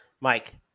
Mike